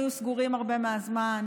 שבהם הגנים היו סגורים הרבה מהזמן,